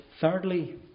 thirdly